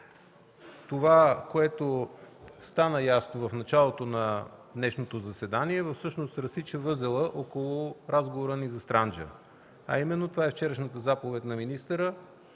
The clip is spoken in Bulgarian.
Това, което стана ясно в началото на днешното заседание, всъщност разсича възела около разговора ни за „Странджа”, а именно – вчерашната заповед на министъра